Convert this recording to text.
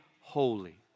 holy